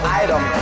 item